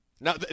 Now